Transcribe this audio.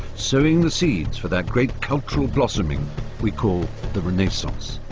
sowing the seeds for that great cultural blossoming we call the renaissance.